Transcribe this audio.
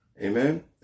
Amen